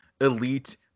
elite